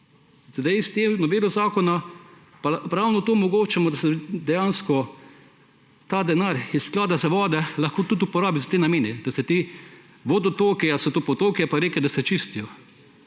Sedaj s to novelo zakona pa ravno to omogočamo, da se dejansko ta denar iz Sklada za vode lahko tudi uporabi za te namene, da se te vodotoke, ali so to potoki pa reke, da se čistijo.